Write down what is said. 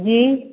जी